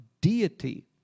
deity